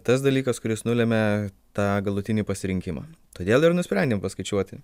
tas dalykas kuris nulemia tą galutinį pasirinkimą todėl ir nusprendėm paskaičiuoti